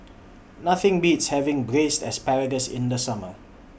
Nothing Beats having Braised Asparagus in The Summer